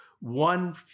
one